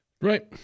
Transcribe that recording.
Right